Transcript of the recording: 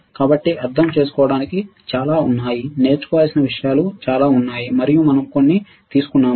కాబట్టి అర్థం చేసుకోవడానికి చాలా విషయాలు ఉన్నాయి నేర్చుకోవలసిన విషయాలు చాలా ఉన్నాయి మరియు మనం కొన్ని తీసుకున్నాము